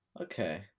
Okay